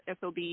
SOB